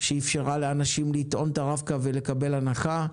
שאפשרה לאנשים לטעון את הרב קו ולקבל הנחה,